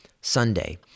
Sunday